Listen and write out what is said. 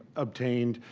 obtained,